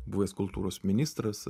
buvęs kultūros ministras